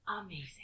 Amazing